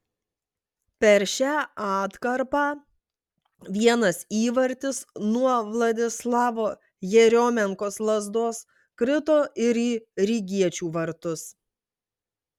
per šią atkarpą vienas įvartis nuo vladislavo jeriomenkos lazdos krito ir į rygiečių vartus